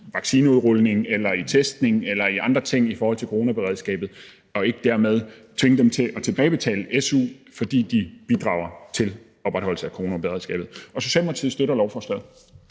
i vaccineudrulning, testning eller andre ting i forhold til coronaberedskabet, så de ikke tvinges til at tilbagebetale su, fordi de bidrager til opretholdelse af coronaberedskabet. Socialdemokratiet støtter lovforslaget.